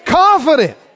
Confident